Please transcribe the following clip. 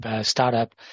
startup